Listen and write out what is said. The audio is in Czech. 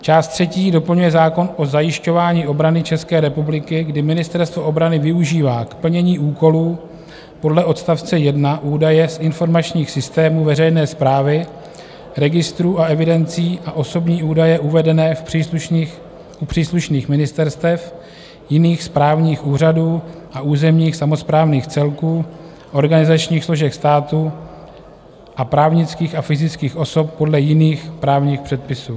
Část třetí doplňuje zákon o zajišťování obrany České republiky, kdy Ministerstvo obrany využívá k plnění úkolů podle odst. 1 údaje z informačních systémů veřejné správy, registrů a evidencí a osobní údaje uvedené u příslušných ministerstev, jiných správních úřadů a územních samosprávných celků, organizačních složek státu a právnických a fyzických osob podle jiných právních předpisů.